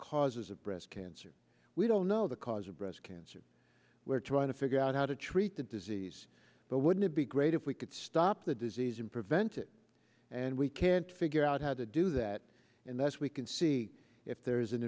causes of breast cancer we don't know the cause of breast cancer we're trying to figure out how to treat the disease but wouldn't it be great if we could stop the disease and prevent it and we can't figure out how to do that and that's we can see if there is an